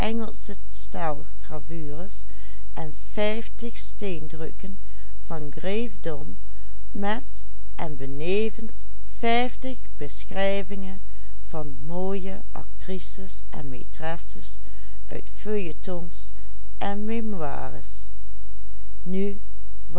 met en benevens vijftig beschrijvingen van mooie actrices en maîtresses uit feuilletons en